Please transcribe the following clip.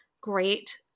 great